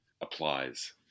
applies